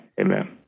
Amen